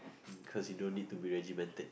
in cause you don't need to be regimented